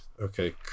Okay